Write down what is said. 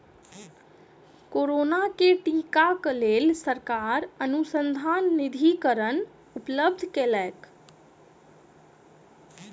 corona के टीका क लेल सरकार अनुसन्धान निधिकरण उपलब्ध कयलक